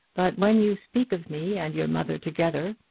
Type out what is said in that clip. but when you speak of me and your mother together,